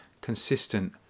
consistent